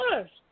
first